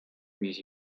with